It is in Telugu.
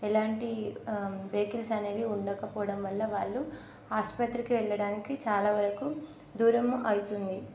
ఎలాంటి వెహికల్స్ అనేవి ఉండకపోవడం వల్ల వాళ్ళు ఆసుపత్రికి వెళ్ళడానికి చాలా వరకు దూరం అవుతుంది